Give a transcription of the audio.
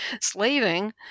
slaving